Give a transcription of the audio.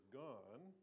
gone